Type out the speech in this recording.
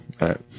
right